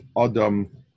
Adam